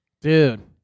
Dude